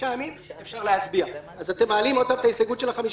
אתם מעלים אותה שוב?